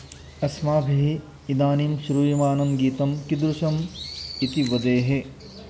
अस्माभिः इदानीं श्रूयमाणं गीतं कीदृशम् इति वदेः